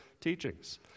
teachings